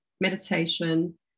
meditation